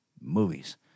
Movies